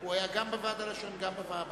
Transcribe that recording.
והוא היה גם בוועד הלשון וגם באקדמיה.